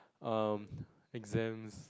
um exams